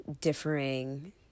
differing